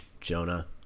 Jonah